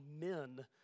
men